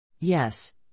Yes